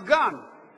אין ערכות מגן לכלל